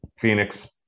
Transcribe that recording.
Phoenix –